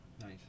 Nice